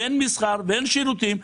אין מסחר ואין שירותים.